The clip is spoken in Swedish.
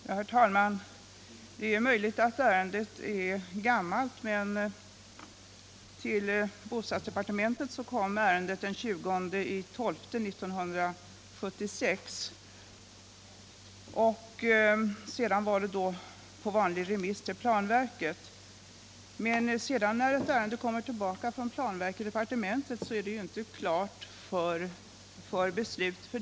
Herr talman! Det är möjligt att ärendet är gammalt, men till bostadsdepartementet kom det den 20 december 1976. Sedan var det på vanlig remiss till planverket. Men när sedan ett ärende kommer tillbaka från planverket till departementet är det inte därmed klart för beslut.